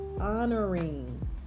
honoring